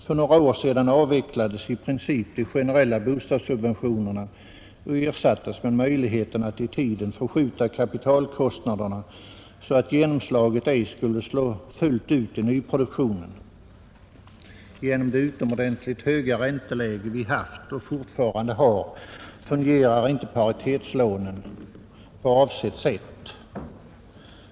För några år sedan avvecklades i princip de generella bostadssubventionerna och ersattes med möjligheten att i tiden förskjuta kapitalkostnaderna så att dessa ej skulle slå fullt ut i nyproduktionen. Genom det utomordentligt höga ränteläge som vi haft och fortfarande har fungerar inte paritetslånen på avsett sätt.